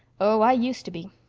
oh, i used to be.